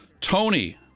Tony